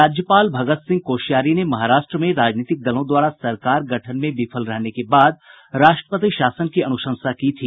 राज्यपाल भगत सिंह कोश्यारी ने महाराष्ट्र में राजनीतिक दलों द्वारा सरकार गठन में विफल रहने के बाद राष्ट्रपति शासन की अनुशंसा की थी